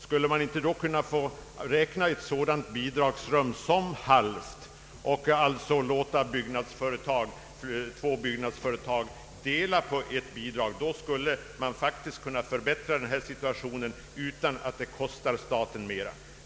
Skulle man inte kunna räkna ett sådant bidragsrum som halvt, så att två byggnadsföretag kunde dela på ett bidrag? Då skulle man faktiskt kunna förbättra situationen utan merkostnader för staten.